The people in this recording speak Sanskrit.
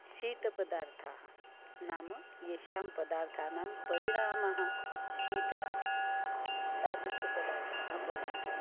शीतपदार्थाः नाम येषां पदार्थानां परिणामः शीतलः तादृशपदार्थाः भवन्तु